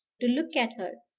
to look at her,